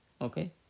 Okay